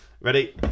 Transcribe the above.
Ready